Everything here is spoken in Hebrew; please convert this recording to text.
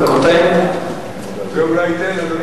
זה אולי ייתן אפשרות,